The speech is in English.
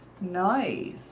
Nice